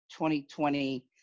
2020